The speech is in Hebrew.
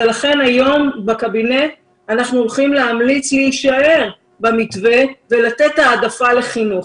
ולכן היום בקבינט אנחנו הולכים להמליץ להישאר במתווה ולתת העדפה לחינוך.